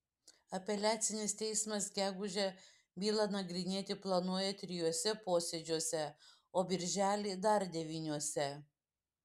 apeliacinis teismas gegužę bylą nagrinėti planuoja trijuose posėdžiuose o birželį dar devyniuose